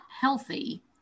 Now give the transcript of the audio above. healthy